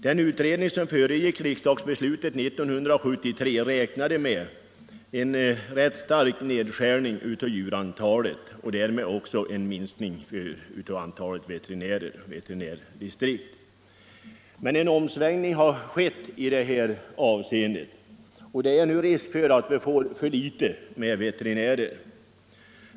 Den utredning som föregick riksdagsbeslutet 1973 räknade med en rätt stark nedskärning av djurantalet och därmed också en minskning av antalet veterinärer och veterinärdistrikt. Men en omsvängning har skett i detta avseende. Det finns nu risk för att tillgången på veterinärer blir för liten.